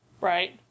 Right